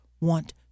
want